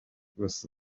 with